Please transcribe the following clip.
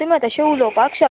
तुमी अतशें उलोवपाक शक